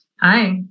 Hi